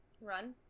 Run